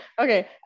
Okay